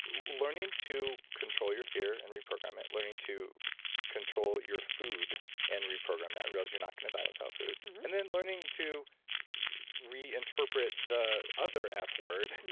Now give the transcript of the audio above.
learning to control your fear and reprogram it, learning to control your food and reprogram realize you're not going to die without food. and then learning to reinterpret the other f word,